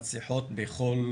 מצליחות בכל